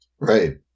Right